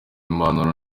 impanuro